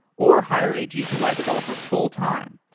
or hire a g two i developer fulltime.